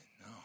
no